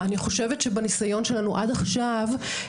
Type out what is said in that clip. אני חושבת שבניסיון שלנו עד עכשיו,